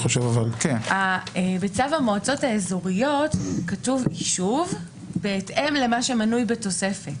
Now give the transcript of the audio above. בצו המועצות האזוריות כתוב יישוב בהתאם למה שמנוי בתוספת.